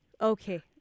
Okay